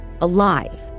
alive